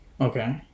okay